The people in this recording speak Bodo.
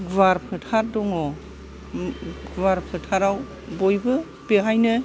गुवार फोथार दङ गुवार फोथाराव बयबो बेहायनो